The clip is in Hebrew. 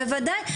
בוודאי.